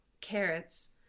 carrots